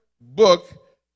book